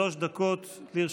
שלוש דקות לרשותך.